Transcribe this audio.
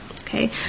Okay